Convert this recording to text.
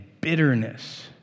bitterness